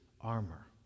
armor